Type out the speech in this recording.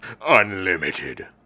UNLIMITED